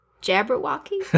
Jabberwocky